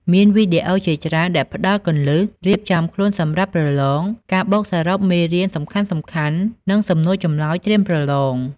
មានវីដេអូជាច្រើនដែលផ្ដល់ គន្លឹះរៀបចំខ្លួនសម្រាប់ប្រឡង ការបូកសរុបមេរៀនសំខាន់ៗ និងសំណួរចម្លើយត្រៀមប្រឡង។